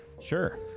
sure